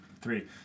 Three